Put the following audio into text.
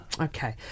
Okay